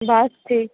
बस ठीक